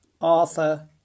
Arthur